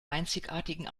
einzigartigen